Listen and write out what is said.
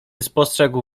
spostrzegł